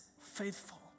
faithful